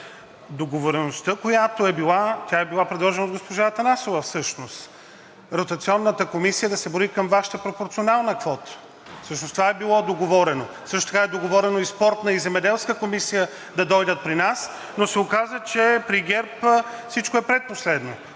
всъщност е била предложена от госпожа Атанасова – ротационната комисия да се брои към Вашата пропорционална квота. Всъщност това е било договорено. Също така е договорено и Спортната и Земеделската комисия да дойдат при нас, но се оказа, че при ГЕРБ всичко е предпоследно.